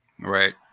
Right